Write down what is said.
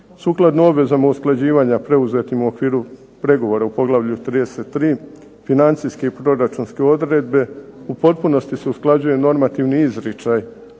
Sukladno obvezama usklađivanja preuzetim u okviru pregovora u poglavlju 33. financijske i proračunske odredbe u potpunosti se usklađuje normativni izričaj